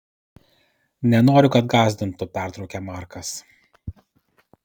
nenoriu kad gąsdintų pertraukia markas